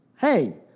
hey